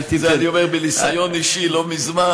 את זה אני אומר את זה מניסיון אישי לא מזמן.